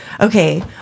Okay